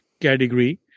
category